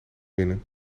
winnen